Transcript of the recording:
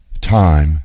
Time